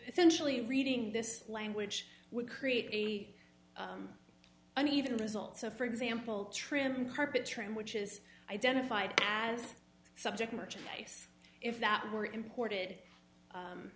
essentially reading this language would create a an even result so for example trim carpet trim which is identified as subject merchant base if that were imported